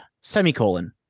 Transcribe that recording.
Semicolon